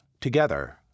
together